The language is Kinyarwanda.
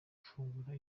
gufungura